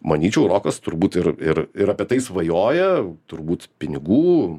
manyčiau rokas turbūt ir ir ir apie tai svajoja turbūt pinigų